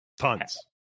Tons